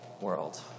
world